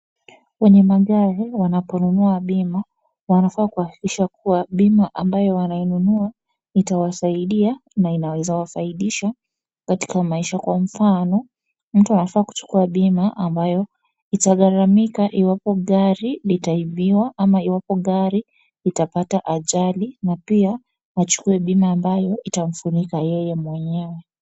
Wenye magari wanaponunua bima, wanafaa kuhakikisha kuwa bima ambayo wananunua itawasaidia na inaweza saidisha katika maisha, kwa mfano, mtu anafaa kuchukua bima ambayo itagharamika iwapo gari litaibiwa ama iwapo gari itapata ajali na pia achukue bima ambayo itamfunika yeye mwenyewe.